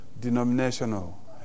denominational